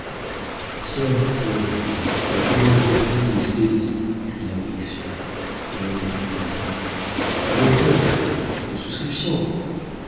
tiens florine la pauvre fille est saisie cria bixiou l'un des convives a vos poches une souscription